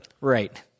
Right